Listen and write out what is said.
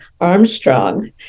Armstrong